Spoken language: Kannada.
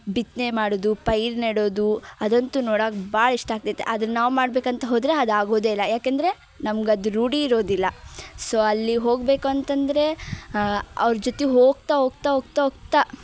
ಭಿತ್ನೆ ಮಾಡೋದು ಪೈರು ನೆಡೋದು ಅದಂತು ನೋಡಾಕೆ ಭಾಳ ಇಷ್ಟ ಆಗ್ತೈತೆ ಆದರೆ ನಾವು ಮಾಡಬೇಕಂತ ಹೋದರೆ ಅದು ಆಗೋದೇ ಇಲ್ಲ ಯಾಕಂದರೆ ನಮ್ಗೆ ಅದು ರೂಢಿ ಇರೋದಿಲ್ಲ ಸೊ ಅಲ್ಲಿ ಹೋಗಬೇಕು ಅಂತಂದರೆ ಅವ್ರ ಜೊತೆ ಹೋಗ್ತಾ ಹೋಗ್ತಾ ಹೋಗ್ತಾ ಹೋಗ್ತಾ